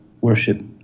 worship